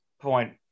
point